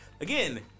Again